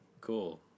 cool